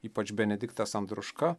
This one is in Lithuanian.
ypač benediktas andruška